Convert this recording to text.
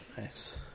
Nice